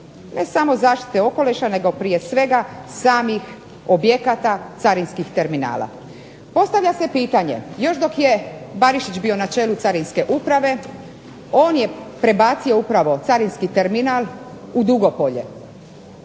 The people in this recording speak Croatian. ne samo zaštite okoliša nego prije svega samih objekata carinskih terminala. Postavlja se pitanje još dok je Barišić bio na čelu Carinske uprave on je prebacio upravo carinski terminal u Dugopolje.